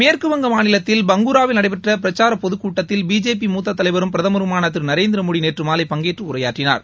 மேற்கு வங்க மாநிலத்தில் பங்குராவில் நடைபெற்ற பிரச்சார பொதுக் கூட்டத்தில் பிஜேபி மூத்த தலைவரும் பிரதமருமான திரு நரேந்திர மோடி நேற்று மாலை பங்கேற்று உரையாற்றினார்